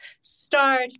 start